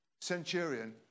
centurion